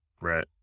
Right